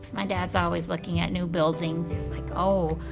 my dad's always looking at new buildings. he's like, oh,